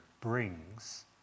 brings